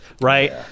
right